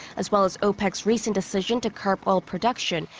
as well as opec's recent decision to curb oil production.